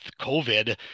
COVID –